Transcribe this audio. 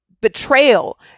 betrayal